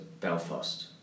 Belfast